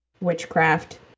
witchcraft